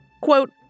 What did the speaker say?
quote